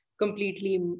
completely